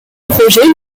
projets